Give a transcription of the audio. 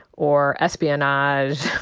or espionage,